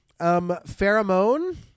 Pheromone